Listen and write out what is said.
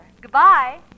Goodbye